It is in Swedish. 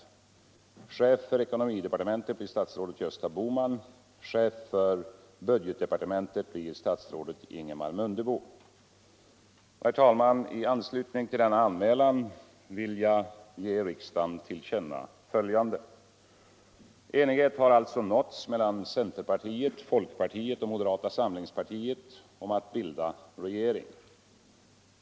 Chef för cekonomidepartementet blir statsrådet Gösta Bohman. Chef för budgetdepartementet blir statsrådet Ingemar Mundebo. I anslutning till denna anmälan vill jag ge riksdagen till känna följande: Enighet har alltså nåtts mellan centerpartiet, folkpartiet och moderata samlingspartiet om att bilda regering.